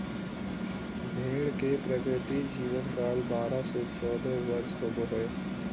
भेड़ के प्राकृतिक जीवन काल बारह से चौदह वर्ष होबो हइ